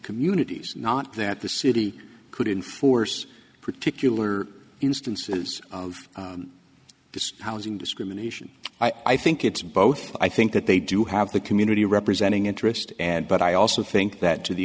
communities not that the city could enforce particular instances of this housing discrimination i think it's both i think that they do have the community representing interest and but i also think that to the